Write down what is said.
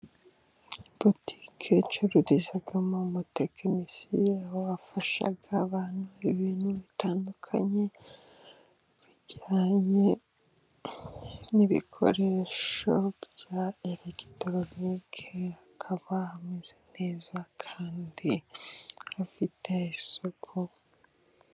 Botike icururizamo umutekinisiye wafashaga abantu ibintu bitandukanye bijyanye n'ibikoresho bya elegitoronike akaba ameze neza kandi afite isuku.